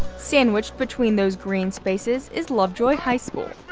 sandwiched between those green spaces is lovejoy high school.